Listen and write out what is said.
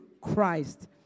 Christ